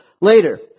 later